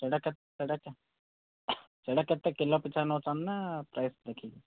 ସେଇଟା ସେଇଟା ସେଇଟା କେତେ କିଲୋ ପିଛା ନେଉଛନ୍ତି ନା ପ୍ରାଇସ୍ ଦେଖିକି